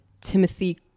Timothy